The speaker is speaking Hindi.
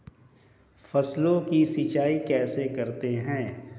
फसलों की सिंचाई कैसे करते हैं?